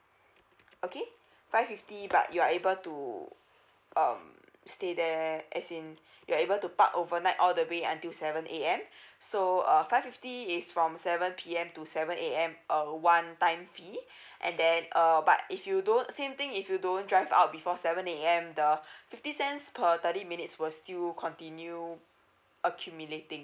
okay five fifty but you are able to um stay there as in you are able to park overnight all the way until seven A_M so uh five fifty is from seven P_M to seven A_M uh one time fee and then uh but if you don't same thing if you don't drive out before seven A_M the fifty cents per thirty minutes will still continue accumulating